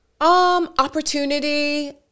Opportunity